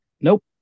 nope